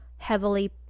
heavily